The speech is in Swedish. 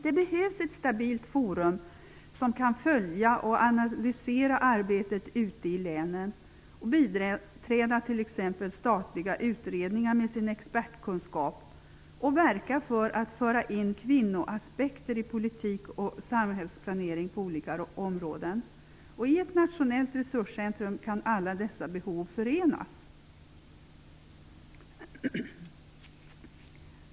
Det behövs ett stabilt forum som kan följa och analysera arbetet ute i länen, biträda t.ex. statliga utredningar med sin expertkunskap och verka för att föra in kvinnoaspekter i politik och samhällsplanering på olika områden. Genom ett nationellt resurscentrum kan alla dessa behov tillgodoses.